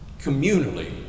communally